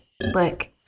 Look